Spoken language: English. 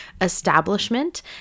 establishment